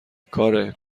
کاره